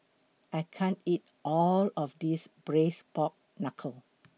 I can't eat All of This Braised Pork Knuckle